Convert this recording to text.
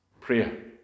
prayer